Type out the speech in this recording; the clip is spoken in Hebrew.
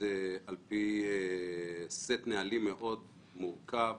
על פי סט נהלים מאוד מורכב,